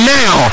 now